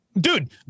dude